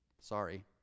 Sorry